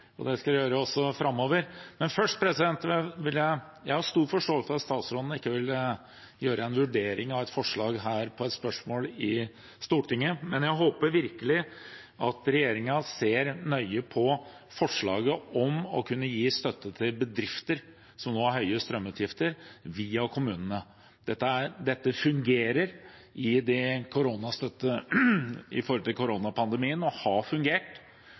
stor forståelse for at statsråden ikke ville gjøre en vurdering av et forslag på spørsmål i Stortinget, men jeg håper virkelig at regjeringen ser nøye på forslaget om å kunne gi støtte til bedrifter som nå har høye strømutgifter, via kommunene. Dette fungerer under koronapandemien, og har fungert. Det er ikke perfekt, men det gir en fleksibilitet i kommunene – og i kommuner som ikke selv har